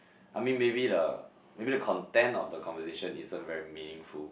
I mean maybe the maybe the content or the conversation isn't very meaningful